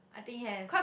I think have